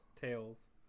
Tails